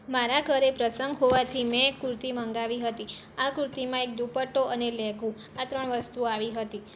મારા ઘરે પ્રસંગ હોવાથી મેં એક કુર્તી મંગાવી હતી આ કુર્તીમાં એક દુપટ્ટો અને લેંઘો આ ત્રણ વસ્તુ આવી હતી